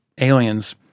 aliens